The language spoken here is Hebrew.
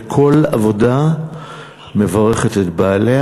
וכל עבודה מברכת את בעליה.